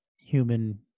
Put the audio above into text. human